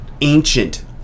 ancient